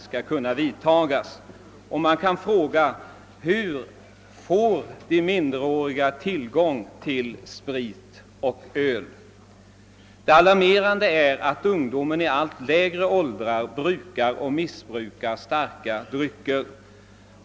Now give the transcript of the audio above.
Först och främst kan man fråga hur de minderåriga får tillgång till sprit och öl. Det alarmerande är ju att ungdomar i allt lägre åldrar brukar och missbrukar starka drycker.